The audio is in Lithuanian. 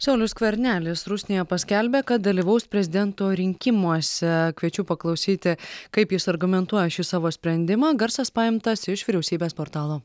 saulius skvernelis rusnėje paskelbė kad dalyvaus prezidento rinkimuose kviečiu paklausyti kaip jis argumentuoja šį savo sprendimą garsas paimtas iš vyriausybės portalo